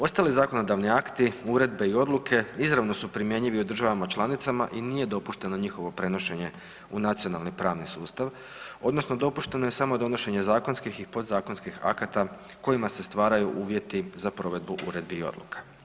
Ostali zakonodavni akti uredbe i odluke izravno su primjenjivi u državama članicama i nije dopušteno njihovo prenošenje u nacionalni pravni sustav odnosno dopušteno je samo donošenje zakonskih i podzakonskih akata kojima se stvaraju uvjeti za provedbu uredbi i odluka.